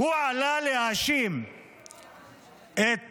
הוא עלה להאשים את רע"מ,